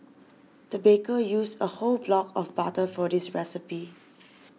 the baker used a whole block of butter for this recipe